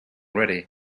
ready